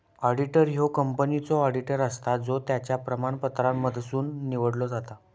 auditor ह्यो कंपनीचो auditor असता जो त्याच्या प्रमाणपत्रांमधसुन निवडलो जाता